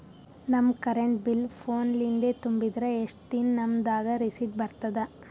ನಮ್ current bill ಫೋನ ಲಿಂದೇ ತುಂಬಿದ್ರ, ಎಷ್ಟ ದಿ ನಮ್ ದಾಗ ರಿಸಿಟ ಬರತದ?